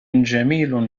جميل